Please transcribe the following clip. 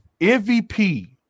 MVP